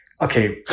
Okay